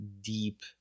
deep